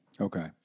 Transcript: Okay